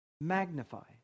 magnify